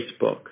Facebook